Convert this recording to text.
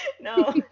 no